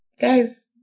guys